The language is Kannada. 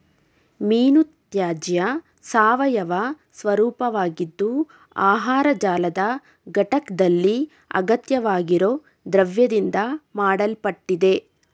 ಮೀನುತ್ಯಾಜ್ಯ ಸಾವಯವ ಸ್ವರೂಪವಾಗಿದ್ದು ಆಹಾರ ಜಾಲದ ಘಟಕ್ದಲ್ಲಿ ಅಗತ್ಯವಾಗಿರೊ ದ್ರವ್ಯದಿಂದ ಮಾಡಲ್ಪಟ್ಟಿದೆ